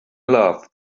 love